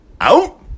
Out